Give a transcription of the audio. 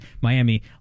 Miami